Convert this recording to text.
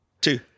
Two